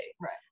Right